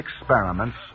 experiments